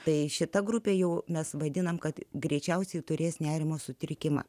tai šita grupė jau mes vaidiname kad greičiausiai turės nerimo sutrikimą